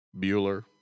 Bueller